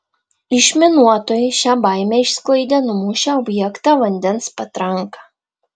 išminuotojai šią baimę išsklaidė numušę objektą vandens patranka